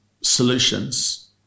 solutions